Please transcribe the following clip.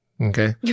okay